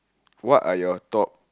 what are your thought